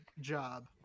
job